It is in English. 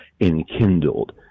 enkindled